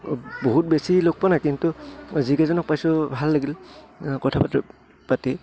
বহুত বেছি লগ পোৱা নাই কিন্তু যিকেইজনক পাইছোঁ ভাল লাগিল কথা